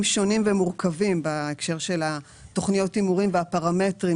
שונים ומורכבים בהקשר של תוכניות ההימורים והפרמטרים,